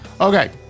Okay